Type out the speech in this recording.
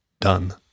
done